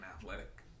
athletic